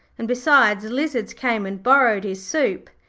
and besides, lizards came and borrowed his soup.